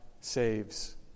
saves